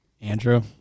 Andrew